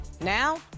Now